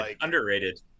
Underrated